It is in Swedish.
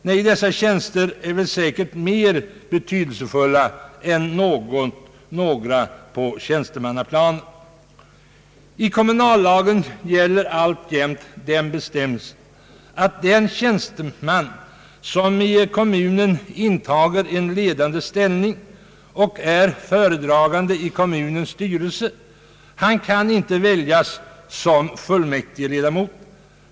Nej, dessa tjänster är säkert mer betydelsefulla än många på tjänstemannaplanet. I kommunallagen gäller alltjämt den bestämmelsen att den tjänsteman som i kommunen intar en ledande ställning och är föredragande i kommunens styrelse inte kan väljas till fullmäktigeledamot.